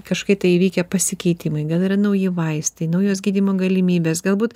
kažkokie tai įvykę pasikeitimai gal yra nauji vaistai naujos gydymo galimybės galbūt